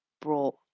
brought